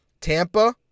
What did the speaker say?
Tampa